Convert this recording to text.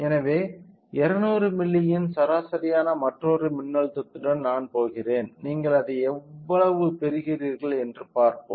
எனவே 200 மில்லியின் சராசரியான மற்றொரு மின்னழுத்தத்துடன் நான் போகிறேன் நீங்கள் அதை எவ்வளவு பெறுகிறீர்கள் என்று பார்ப்போம்